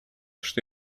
что